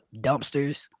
dumpsters